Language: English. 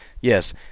Yes